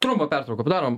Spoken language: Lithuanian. trumpą pertrauką padarom